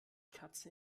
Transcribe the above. katze